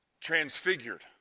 transfigured